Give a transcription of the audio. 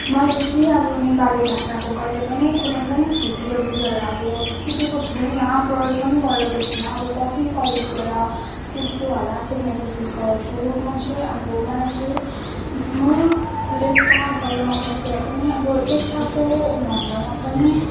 मैले चाहिँ अब नेपाली भाषाको कहिले पनि कुनै पनि क्षेत्रीय बोलीहरू अब सिकेको छुइनँ प्रयोग पनि गरेको छुइनँ अब पछि कलेज गएर सिक्छु होला सिक्ने कोसिस गर्छु म चाहिँ अब मलाई चाहिँ म लेप्चा गाउँमा बसेर पनि अब लेप्चाको भन्दामा पनि